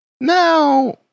Now